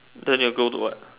then you'll go to what